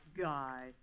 guy